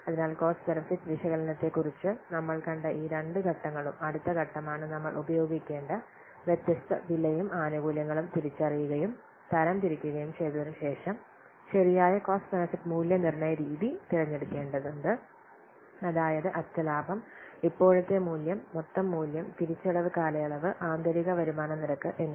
അതിനാൽ cost benefit വിശകലനത്തെക്കുറിച്ച് നമ്മൾ കണ്ട ഈ രണ്ട് ഘട്ടങ്ങളും അടുത്ത ഘട്ടമാണ് നമ്മൾ ഉപയോഗിക്കേണ്ട വ്യത്യസ്ത വിലയും ആനുകൂല്യങ്ങളും തിരിച്ചറിയുകയും തരംതിരിക്കുകയും ചെയ്തതിന് ശേഷം ശരിയായ കോസ്റ്റ് ബെനിഫിറ്റ് മൂല്യനിർണ്ണയ രീതി തിരഞ്ഞെടുക്കേണ്ടത് അതായത് അറ്റ ലാഭം ഇപ്പോഴത്തെ മൂല്യം മൊത്തം മൂല്യം തിരിച്ചടവ് കാലയളവ് ആന്തരിക വരുമാന നിരക്ക് എന്നിവ